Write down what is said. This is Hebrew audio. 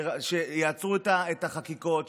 שיעצרו את החקיקות,